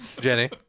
Jenny